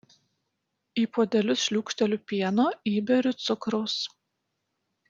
į puodelius šliūkšteliu pieno įberiu cukraus